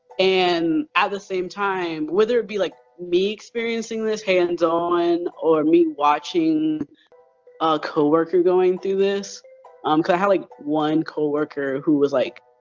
and, at the same time, whether it be, like, me experiencing this hands-on or me watching a ah co-worker going through this, um cause i had one co-worker who was like,